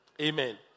Amen